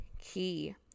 key